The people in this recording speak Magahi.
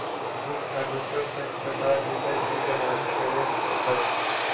बुट हारबेसटर से कटा जितै कि दमाहि करे पडतै?